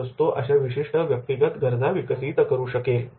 तरच तो अशा प्रकारच्या विशिष्ट व्यक्तिगत गरजा विकसित करू शकेल